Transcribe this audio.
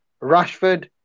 Rashford